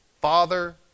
Father